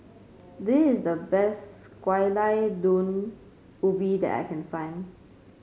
this is the best Gulai Daun Ubi that I can find